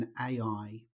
AI